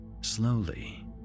Slowly